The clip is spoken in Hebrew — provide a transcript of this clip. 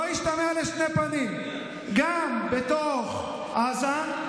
גם בתוך עזה,